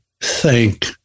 Thank